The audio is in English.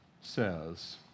says